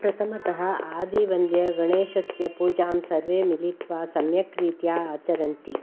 प्रथमतः आदिवन्द्य गणेशस्य पूजां सर्वे मिलित्वा सम्यक् रीत्या आचरन्ति